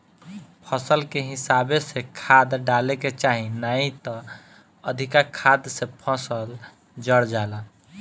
फसल के हिसाबे से खाद डाले के चाही नाही त अधिका खाद से फसल जर जाला